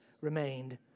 remained